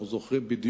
אנחנו זוכרים בדיוק